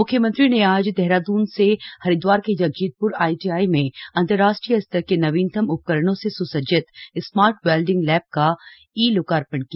म्ख्यमंत्री ने आज देहरादून से हरिद्वार के जगजीतप्र आईटीआई में अन्तरराष्ट्रीय स्तर के नवीनतम उपकरणों से स्सज्जित स्मार्ट वैल्डिंग लैब का ई लोकार्पण किया